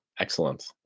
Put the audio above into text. Excellent